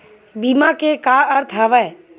बीमा के का अर्थ हवय?